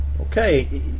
Okay